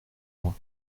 loin